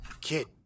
kid